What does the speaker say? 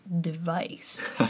device